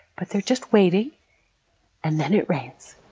but they're just waiting and then it rains.